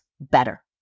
better